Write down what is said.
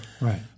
right